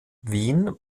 wien